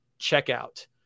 checkout